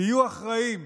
תהיו אחראיים,